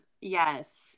Yes